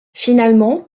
finalement